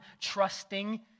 trusting